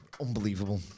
Unbelievable